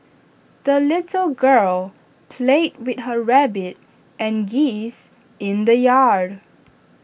the little girl played with her rabbit and geese in the yard